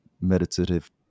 meditative